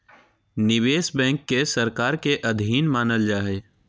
निवेश बैंक के सरकार के अधीन मानल जा हइ